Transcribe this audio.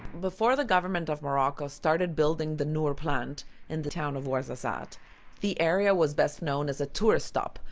before the government of morocco started building the noor plant in the town of ouarzazate, the area was best known as a tourist stop,